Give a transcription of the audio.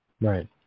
Right